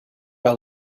her